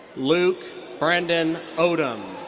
luke brendan odom.